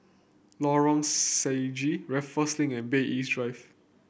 Lorong Stangee Raffles Link and Bay East Drive